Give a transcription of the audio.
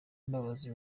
mbabazi